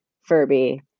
Furby